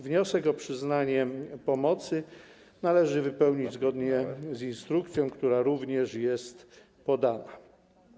Wniosek o przyznanie pomocy należy wypełnić zgodnie z instrukcją, która również jest podana.